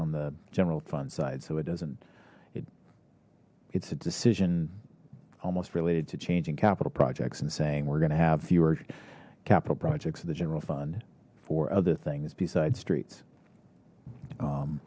on the general fund side so it doesn't it it's a decision almost related to changing capital projects and saying we're gonna have fewer capital projects for the general fund for other things besides streets